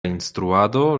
instruado